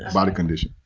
ah body condition.